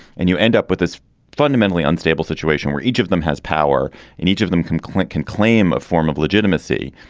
and you end up with this fundamentally unstable situation where each of them has power in each of them can klint can claim a form of legitimacy.